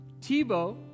Tebow